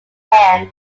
hand